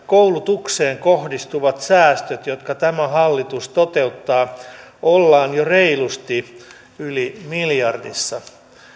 koulutukseen kohdistuvat säästöt jotka tämä hallitus toteuttaa ollaan jo reilusti yli miljardissa